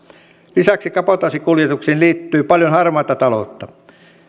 lisäksi kabotaasikuljetuksiin liittyy paljon harmaata taloutta